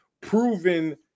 proven